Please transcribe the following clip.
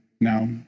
now